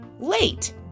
late